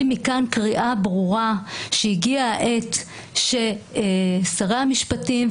מכאן קריאה ברורה שהגיעה העת ששר המשפטים,